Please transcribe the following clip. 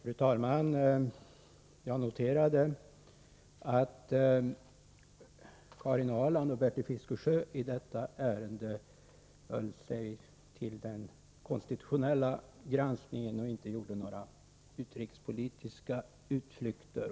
Fru talman! Jag noterade att Karin Ahrland och Bertil Fiskesjö i detta ärende höll sig till den konstitutionella granskningen och inte gjorde några utrikespolitiska utflykter.